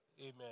Amen